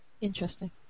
Interesting